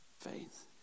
faith